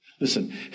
Listen